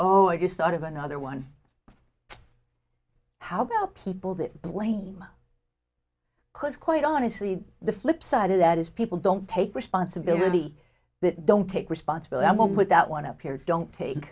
oh i just thought of another one how about people that blame could quite honestly the flip side of that is people don't take responsibility that don't take responsibility imo put out one up here don't take